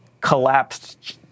collapsed